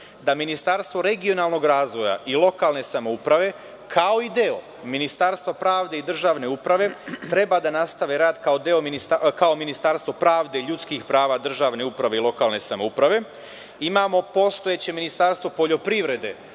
Da Ministarstvo regionalnog razvoja i lokalne samouprave kao i deo Ministarstva pravde i državne uprave treba da nastave rad kao Ministarstvo pravde, ljudskih prava, državne uprave i lokalne samouprave. Imamo postojeće Ministarstvo poljoprivrede,